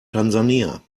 tansania